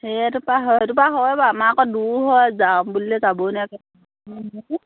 সেইটোৰপৰা হয় সেইটোৰপৰা হয় বাৰু আমাৰ আকৌ দূৰ হয় যাম বুলিলে যাবই নোৱাৰি